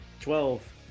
Twelve